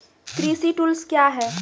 कृषि टुल्स क्या हैं?